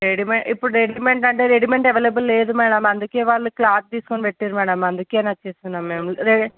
రెడీమె అంటే ఇప్పుడు రెడీమేడ్ అంటే రెడీమేడ్ అవైలబుల్ లేదు మ్యాడం అందుకే వాళ్ళు క్లాత్ తీసుకొని పెట్టినారు మేడం అందుకే ఇలా చేస్తున్నాం మేము